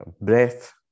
breath